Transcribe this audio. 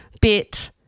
bit